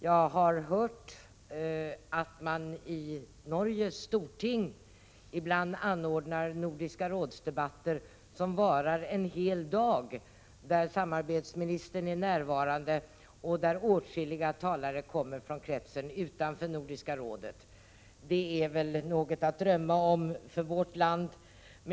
Jag har hört att man i Norges storting ibland anordnar Nordiska råds-debatter, som varar en hel dag, där samarbetsministern är närvarande och där åtskilliga talare kommer från kretsen utanför Nordiska rådet. Det är något att drömma om för vårt land.